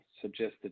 suggested